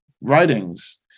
writings